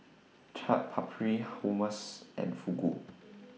Chaat Papri Hummus and Fugu